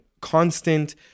constant